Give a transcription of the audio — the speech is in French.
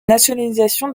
nationalisation